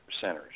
centers